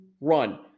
run